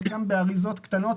שחלקם באריזות קטנות,